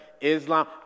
Islam